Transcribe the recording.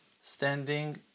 standing